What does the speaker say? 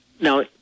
Now